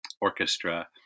orchestra